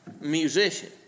musician